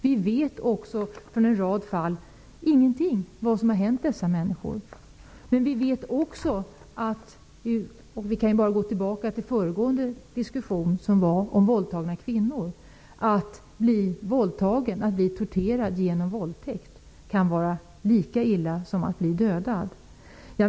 Från en rad fall känner vi inte till någonting om vad som har hänt människor som har återvänt. Vi kan bara gå tillbaka till föregående diskussion som rörde våldtagna kvinnor. Att bli våldtagen, att bli torterad genom våldtäkt, kan vara lika illa som att bli dödad.